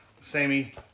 sammy